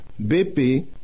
BP